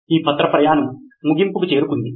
ఈ పత్రము ప్రయాణ ముగింపుకు చేరుకుంది